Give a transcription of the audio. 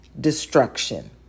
destruction